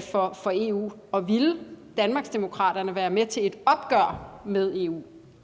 for EU? Vil Danmarksdemokraterne være med til et opgør med EU?